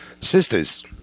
sisters